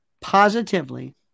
positively